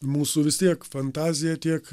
mūsų vis tiek fantazija tiek